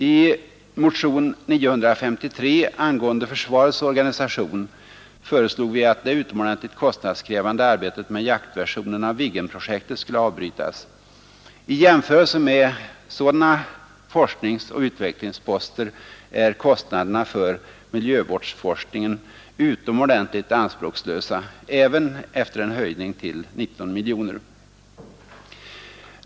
I motion 953 angående försvarets organisation föreslog vi att det utomordentligt kostnadskrävande arbetet med jaktversionen av Viggenprojektet skulle avbrytas. I jämförelse med sådana forskningsoch utvecklingsposter är kostnaderna för miljövårdsforskning utomordentligt anspråkslösa — även efter en höjning till 19 miljoner.